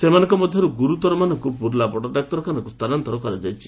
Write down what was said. ସେମାନଙ୍କ ମଧ୍ଧରୁ ଗୁରୁତର ମାନଙ୍କୁ ବୁଲା ବଡ ଡାକ୍ତରଖାନାରୁ ସ୍ଥାନାନ୍ତର କରାଯାଇଛି